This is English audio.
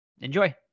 enjoy